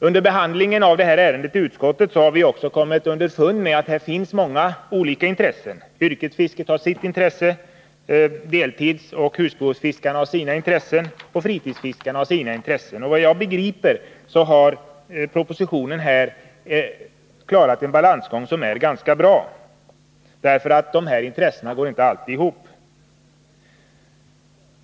Under behandlingen av ärendet i utskottet har vi också kommit underfund med att här finns många olika intressen. Yrkesfiskarna har sina intressen, deltidsoch husbehovsfiskarna har sina intressen och fritidsfiskarna har sina intressen. Såvitt jag begriper har propositionen här klarat balansgången ganska bra, för de här intressena går inte alltid ihop.